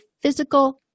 physical